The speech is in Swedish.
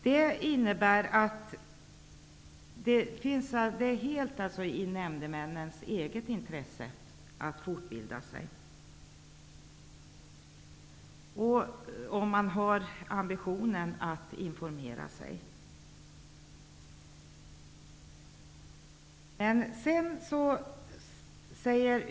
Detta innebär att det helt ligger i nämndemännens eget intresse att fortbilda sig. Det handlar också om att de själva skall ha ambitionen att informera sig.